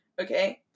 Okay